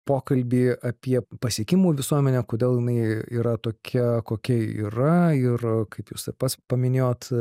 pokalbį apie pasiekimų visuomenę kodėl jinai yra tokia kokia yra ir kaip jūs ir pats paminėjot